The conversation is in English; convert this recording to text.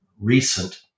recent